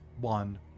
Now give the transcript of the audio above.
One